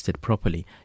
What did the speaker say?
properly